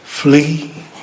Flee